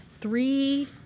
Three